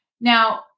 Now